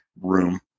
room